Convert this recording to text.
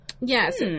Yes